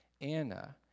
Anna